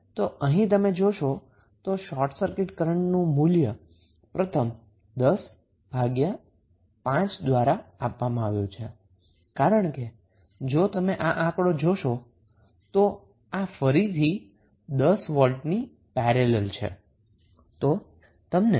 તો અહીં તમે જોશો તો શોર્ટ સર્કિટ કરન્ટનું મૂલ્ય પ્રથમ 10 ભાગ્યા 5 દ્વારા આપવામાં આવ્યું છે કારણ કે જો તમે આ આક્રુતિ જોશો તો આ ફરીથી 10 વોલ્ટની પેરેલલમા છે